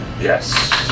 Yes